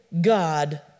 God